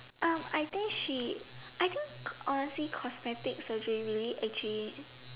um I think she I think honestly cosmetic surgery really actually